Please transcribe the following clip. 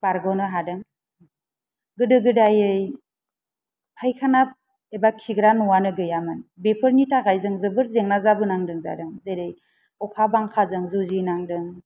बारग'नो हादों गोदो गोदायै फायखाना एबा खिग्रा न'आनो गैयामोन बेफोरनि थाखाय जों जोबोद जेंना जाबोनांगौ जादों जेरै अखा बांखाजों जुजिनांदों